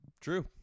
True